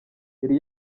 yari